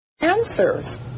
answers